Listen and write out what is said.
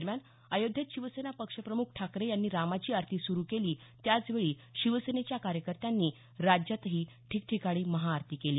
दरम्यान अयोध्येत शिवसेना पक्ष प्रमुख ठाकरे यांनी रामाची आरती सुरू केली त्याचवेळी शिवसेनेच्या कार्यकर्त्यांनी राज्यातही ठिकठिकाणी महाआरती केली